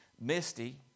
Misty